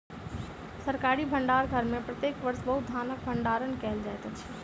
सरकारी भण्डार घर में प्रत्येक वर्ष बहुत धानक भण्डारण कयल जाइत अछि